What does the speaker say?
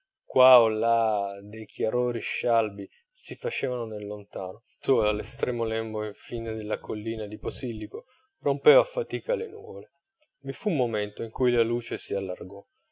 qua o là dei chiarori scialbi si facevano nel lontano ove il sole all'estremo lembo in fine della collina di posillipo rompeva a fatica le nuvole vi fu un momento in cui la luce si allargò